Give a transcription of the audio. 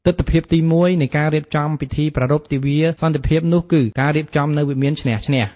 ទិដ្ឋភាពទីមួយនៃការរៀបចំពិធីប្រារព្ធទិវាសន្តិភាពនោះគឺ ការរៀបចំនៅវិមានឈ្នះ-ឈ្នះ។